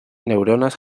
neuronas